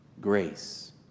Grace